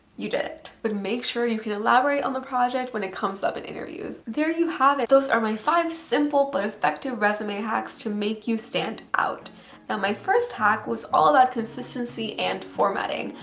you did it. but make sure you can elaborate on the project when it comes up in interviews. there you have it! those are my five simple but effective resume hacks to make you stand out! now my first hack was all about consistency and formatting.